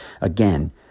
Again